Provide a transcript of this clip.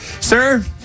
sir